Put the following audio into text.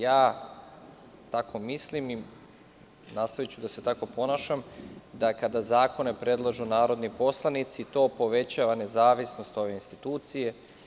Ja tako mislim i nastaviću da se tako ponašam da kada zakone predlažu narodni poslanici, to povećava nezavisnost ove institucije.